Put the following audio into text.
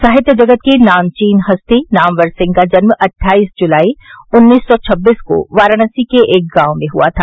साहित्य जगत की नामवीन हस्ती नामवर सिंह का जन्म अट्ठाईस जुलाई उन्नीस सौ छबीस को वाराणसी के एक गांव में हुआ था